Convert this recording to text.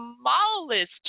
smallest